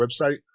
website